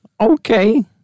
Okay